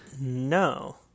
No